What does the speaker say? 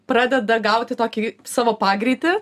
pradeda gauti tokį savo pagreitį